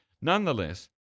Nonetheless